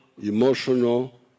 emotional